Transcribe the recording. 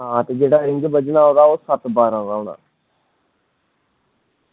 ते ओह् जेह्ड़ा रिंग बज़्झना ओह् सत्त बारां दा होना